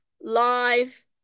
live